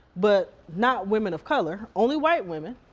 but not women of color, only white women.